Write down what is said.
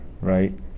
right